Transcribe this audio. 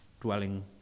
dwelling